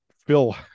Phil